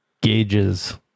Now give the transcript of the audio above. Gauges